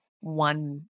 one